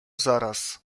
zaraz